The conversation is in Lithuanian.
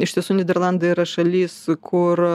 iš tiesų nyderlandai yra šalis kur